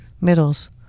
middles